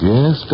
Yes